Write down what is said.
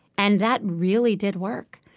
and that really did work,